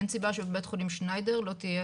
אין סיבה שבבית חולים שניידר לא תהיה